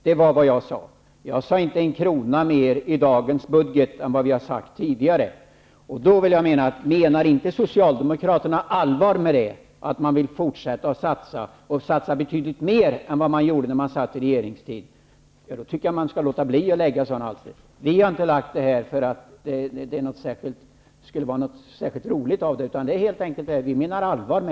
Det är vad jag sagt. Det var inte fråga om en krona mer i dagens budget än vi tidigare har talat om. Menar inte Socialdemokraterna allvar med sitt tal om fortsatta satsningar, och vill man inte satsa betydligt mer än man ville i regeringsställning, tycker jag att man skall låta bli att presentera sådana alster. Vi har inte lagt fram förslag därför att det skulle vara särskilt roligt, utan vi menar helt enkelt allvar.